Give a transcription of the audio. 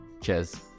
Cheers